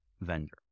vendor